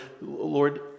Lord